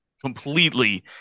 completely